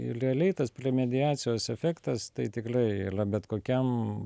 il realiai tas premediacijos efektas tai tikliai ylia bet kokiam